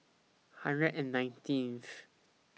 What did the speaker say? one hundred and nineteenth